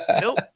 Nope